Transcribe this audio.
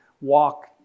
walk